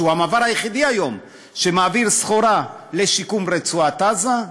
שהוא המעבר היחיד היום שמעביר סחורה לשיקום רצועת-עזה,